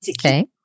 Okay